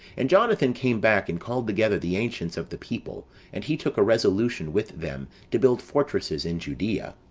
and jonathan came back, and called together the ancients of the people and he took a resolution with them to build fortresses in judea,